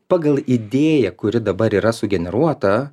pagal idėją kuri dabar yra sugeneruota